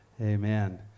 Amen